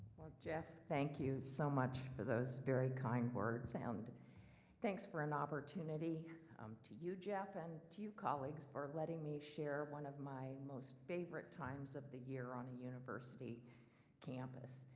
jeff, thank you so much for those very kind words and thanks for an opportunity um to you, jeff, and to you, colleagues, for letting me share one of my most favorite times of the year on the university campus.